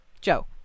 joe